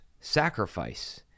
sacrifice